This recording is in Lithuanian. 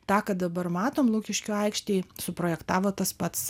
tą ką dabar matom lukiškių aikštėj suprojektavo tas pats